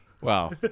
Wow